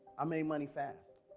i made money fast